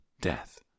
death